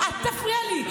אל תפריע לי.